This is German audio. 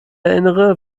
erinnere